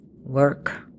work